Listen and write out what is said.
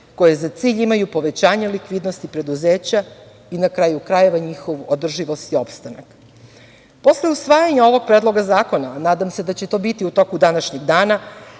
koje za cilj imaju povećanje likvidnosti preduzeća, na kraju krajeva, njihovu održivost i opstanak. Posle usvajanja ovog Predloga zakona, a nadam se da će to biti u toku današnjeg dana,